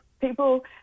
People